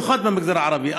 במיוחד במגזר הערבי,